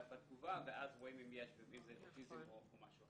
בתגובה ואז רואים אם יש אוטיזם או משהו אחר.